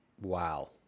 Wow